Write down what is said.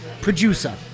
producer